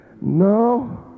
no